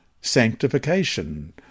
Sanctification